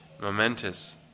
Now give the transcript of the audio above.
momentous